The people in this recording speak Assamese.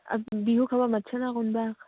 আৰু বিহু খাব মাতছেনে কোনোবাক